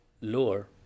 lower